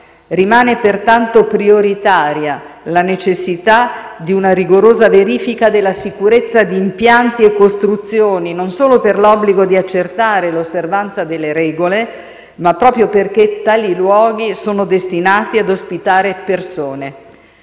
Rimane pertanto prioritaria la necessità di una rigorosa verifica della sicurezza di impianti e costruzioni, non solo per l'obbligo di accertare l'osservanza delle regole, ma proprio perché tali luoghi sono destinati ad ospitare persone.